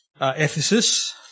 Ephesus